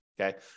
Okay